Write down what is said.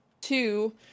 two